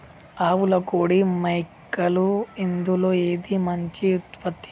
ఆవులు కోడి మేకలు ఇందులో ఏది మంచి ఉత్పత్తి?